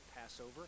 Passover